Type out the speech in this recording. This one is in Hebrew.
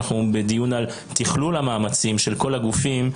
אנחנו בדיון על תכלול המאמצים של כל הגופים,